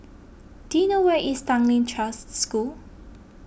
do you know where is Tanglin Trust School